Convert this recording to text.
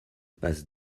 passe